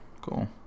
cool